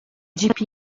gpl